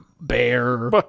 bear